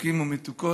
המתוקים והמתוקות,